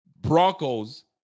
Broncos